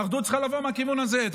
ואחדות צריכה לבוא מהכיוון הזה.